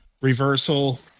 reversal